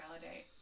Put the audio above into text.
validate